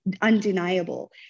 undeniable